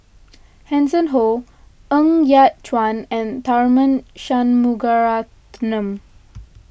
Hanson Ho Ng Yat Chuan and Tharman Shanmugaratnam